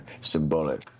symbolic